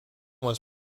was